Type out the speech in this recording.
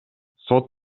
сот